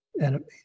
enemies